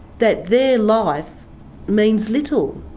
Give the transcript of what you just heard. that their life means little.